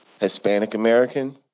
Hispanic-American